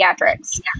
pediatrics